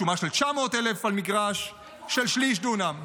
שומה של 900,000 על מגרש של שליש דונם.